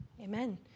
Amen